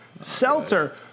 seltzer